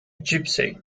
gipsy